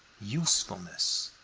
usefulness,